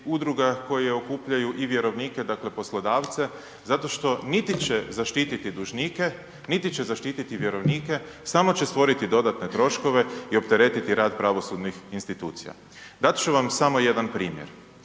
koji okupljaju i vjerovnika, dakle poslodavce zato što niti će zaštiti dužnike, niti će zaštititi vjerovnike, samo će stvoriti dodatne troškove i opteretiti rad pravosudnih institucija. Dat ću vam samo jedan primjer,